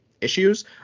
issues